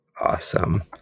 Awesome